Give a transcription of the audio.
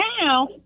now